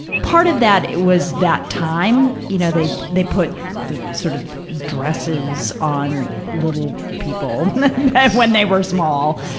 part of that was that time, you know, they, they put the, sort of dresses on little people when they were small.